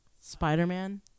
Spider-Man